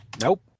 Nope